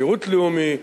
שירות לאומי,